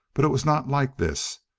but it was not like this.